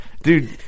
Dude